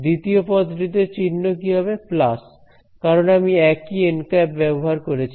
দ্বিতীয় পদ টি তে চিহ্ন কি হবে প্লাস কারণ আমি একই ব্যবহার করছি